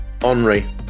Henri